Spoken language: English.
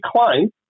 claim